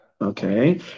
Okay